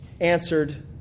answered